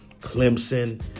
Clemson